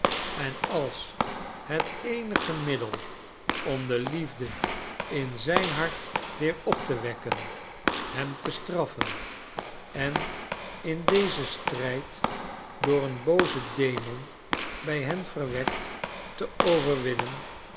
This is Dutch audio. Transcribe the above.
en als het eenige middel om de liefde in zijn hart weer op te wekken hem te straffen en in dezen strijd door een boozen demon bij hen verwekt te overwinnen rees